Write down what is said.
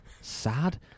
Sad